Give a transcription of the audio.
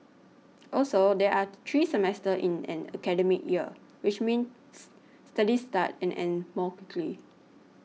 also there are three semesters in an academic year which means studies start and end more quickly